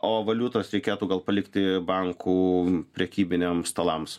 o valiutas reikėtų gal palikti bankų prekybiniam stalams